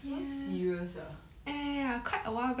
so serious ah